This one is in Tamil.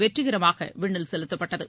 வெற்றிகரமாகவிண்ணில் செலுத்தப்பட்டது